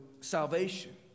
salvation